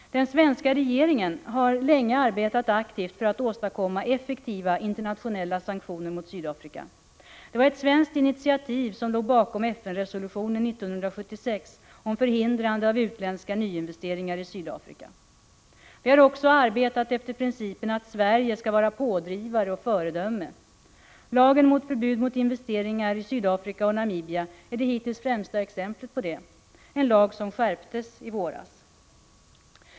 Den svenska regeringen har länge arbetat aktivt för att åstadkomma effektiva internationella sanktioner mot Sydafrika. Det var ett svenskt initiativ som låg bakom FN-resolutionen 1976 om förhindrande av utländska nyinvesteringar i Sydafrika. Vi har också arbetat efter principen att Sverige skall vara pådrivare och föredöme. Lagen mot förbud mot investeringar i Sydafrika och Namibia är det hittills främsta exemplet på det. Denna lag skärptes i våras.